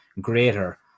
greater